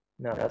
no